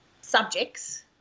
subjects